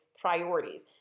priorities